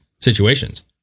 situations